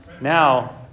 Now